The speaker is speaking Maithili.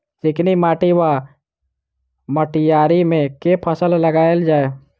चिकनी माटि वा मटीयारी मे केँ फसल लगाएल जाए?